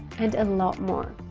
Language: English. and a lot more.